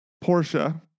Portia